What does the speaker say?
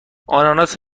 آناناس